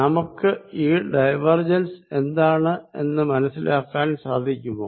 നമുക്ക് ഈ ഡൈവേർജെൻസ് എന്താണ് എന്ന മനസ്സിലാക്കാൻ സാധിക്കുമോ